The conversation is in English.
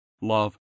love